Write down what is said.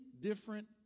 different